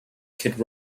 kid